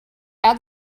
add